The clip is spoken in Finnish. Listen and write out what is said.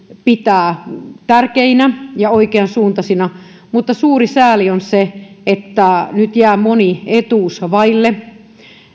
pitää tärkeinä ja oikeansuuntaisina mutta suuri sääli on se että nyt jää moni etuus vaille